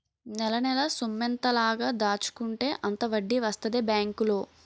నెలనెలా సొమ్మెంత లాగ దాచుకుంటే అంత వడ్డీ వస్తదే బేంకులో